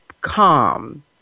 calm